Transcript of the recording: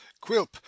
quilp